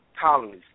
colonies